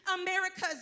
America's